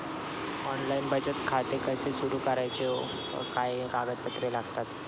Online बचत खाते कसे सुरू करायचे व काय कागदपत्रे लागतात?